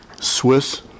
Swiss